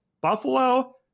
Buffalo